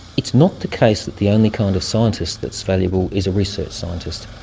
it is not the case that the only kind of scientist that's valuable is a research scientist.